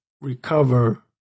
recover